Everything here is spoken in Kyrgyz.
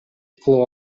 кылып